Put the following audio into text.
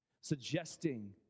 Suggesting